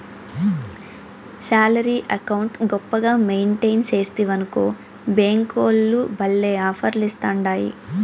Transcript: salary account గొప్పగా maintain సేస్తివనుకో బ్యేంకోల్లు భల్లే ఆపర్లిస్తాండాయి